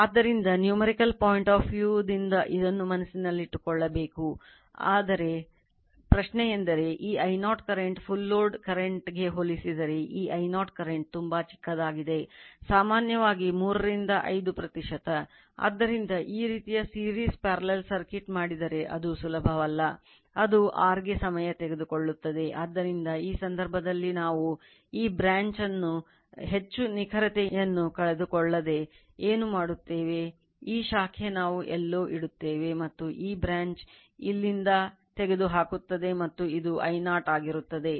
ಆದ್ದರಿಂದ numerical point of view ವು ತುಂಬಾ ಕಡಿಮೆ ಇರುತ್ತದೆ